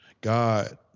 God